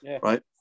Right